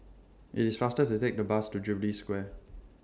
IT IS faster to Take The Bus to Jubilee Square